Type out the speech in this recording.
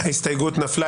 ההסתייגות נפלה.